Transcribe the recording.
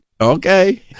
Okay